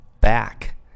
back